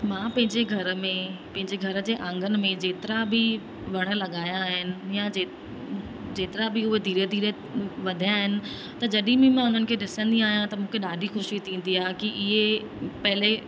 मां पंहिंजे घर में पंहिंजे घर जे आंगन में जेतिरा बि वण लॻाया आहिनि या जे जेतिरा बि उहे धीरे धीरे वधिया आहिनि त जॾहिं बि मां उन्हनि खे ॾिसंदी आहियां त मुखे ॾाढी ख़ुशी थींदी आहे की इहे पहिले